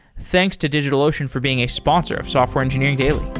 thanks to digitalocean for being a sponsor of software engineering daily